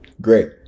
Great